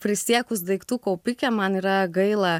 prisiekus daiktų kaupikė man yra gaila